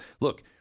look